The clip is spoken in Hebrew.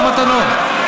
מה מתנות?